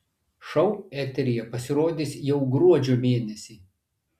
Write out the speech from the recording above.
šou eteryje pasirodys jau gruodžio mėnesį